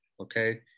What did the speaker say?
Okay